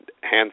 hands